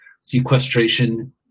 sequestration